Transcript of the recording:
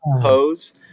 pose